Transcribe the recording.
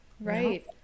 right